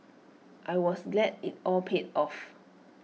I was glad IT all paid off